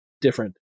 different